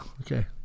Okay